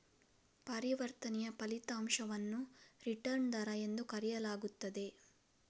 ಪರಿವರ್ತನೆಯ ಫಲಿತಾಂಶವನ್ನು ರಿಟರ್ನ್ ದರ ಎಂದು ಕರೆಯಲಾಗುತ್ತದೆ